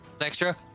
extra